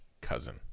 cousin